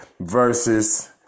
versus